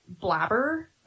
blabber